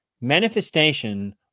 manifestation